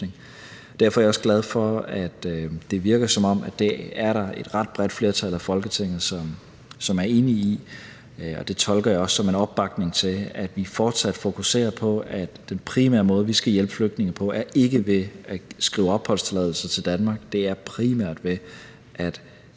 Derfor er jeg også glad for, at det virker, som om der er et ret bredt flertal i Folketinget, som er enig i det, og det tolker jeg også som en opbakning til, at vi fortsat fokuserer på, at den primære måde, vi skal hjælpe flygtninge på, ikke er ved at skrive opholdstilladelser til Danmark – det er primært ved at